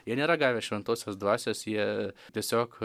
jie nėra gavę šventosios dvasios jie tiesiog